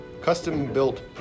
custom-built